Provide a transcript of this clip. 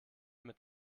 mit